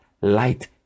light